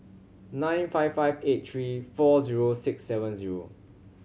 nine five five eight three four zero six seven zero